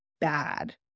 bad